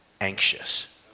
anxious